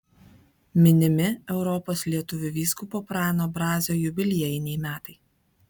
minimi europos lietuvių vyskupo prano brazio jubiliejiniai metai